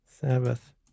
Sabbath